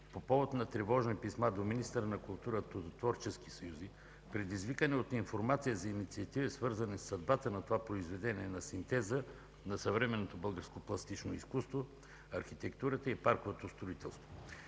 по повод на тревожни писма до министъра на културата от творчески съюзи, предизвикани от информация за инициативи свързани със съдбата на това произведение на синтеза на съвременното българско пластично изкуство, архитектурата и парковото строителство,